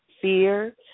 fear